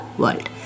world